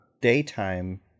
daytime